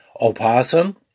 Opossum